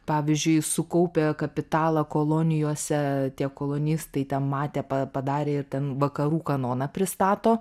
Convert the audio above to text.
pavyzdžiui sukaupę kapitalą kolonijose tie kolonistai ten matė pa padarė ir ten vakarų kanoną pristato